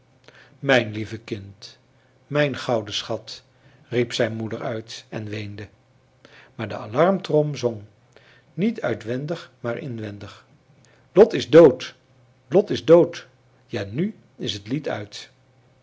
mijn lieve kind mijn gouden schat riep zijn moeder uit en weende maar de alarmtrom zong niet uitwendig maar inwendig lot is dood lot is dood ja nu is het lied uit